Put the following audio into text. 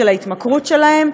של ההתמכרות שלהם,